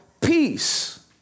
peace